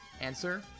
answer